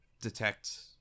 detect